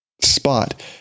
spot